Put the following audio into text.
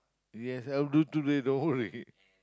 yes I'll do today the whole week